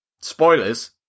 spoilers